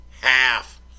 half